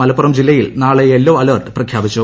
മലപ്പുറം ജില്ലയിൽ നാളെ yellow alert പ്രഖ്യാപിച്ചു